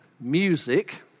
music